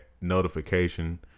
notification